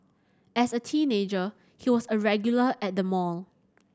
as a teenager he was a regular at the mall